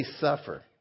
suffer